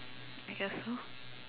I guess so